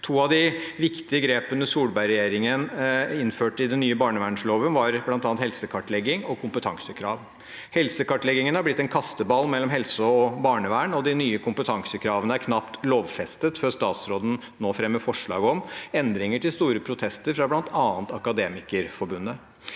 To av de viktige grepene Solberg-regjeringen innførte i den nye barnevernloven, var bl.a. helsekartlegging og kompetansekrav. Helsekartleggingen har blitt en kasteball mellom helse og barnevern, og de nye kompetansekravene er knapt lovfestet før statsråden nå fremmer forslag om endringer, til store protester fra bl.a. Akademikerforbundet.